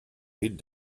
dit